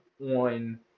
on